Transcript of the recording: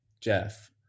Jeff